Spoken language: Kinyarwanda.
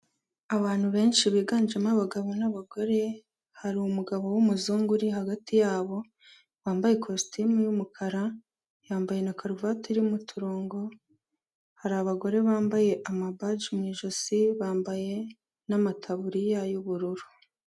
Abantu benshi biganjemo abagabo n'abagore, hari umugabo w'umuzungu uri hagati yabo, wambaye ikositimu y'umukara, yambaye na karuvati irimo uturongo, hari abagore bambaye amabaji mu ijosi, bambaye n'amataburiya y'ubururu.